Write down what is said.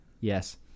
yes